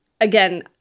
again